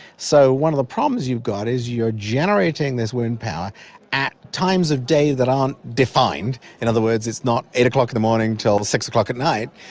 so one of the problems you've got is you are generating this wind power at times of day that aren't defined, in other words it's not eight o'clock in the morning till six o'clock at night.